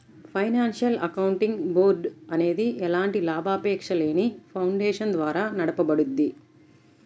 financial accounting board అనేది ఎలాంటి లాభాపేక్షలేని ఫౌండేషన్ ద్వారా నడపబడుద్ది